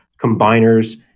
combiners